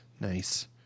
nice